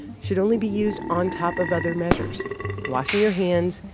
should only be used on top of other measures washing your hands,